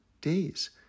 days